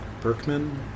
Berkman